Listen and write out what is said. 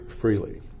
freely